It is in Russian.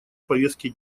повестки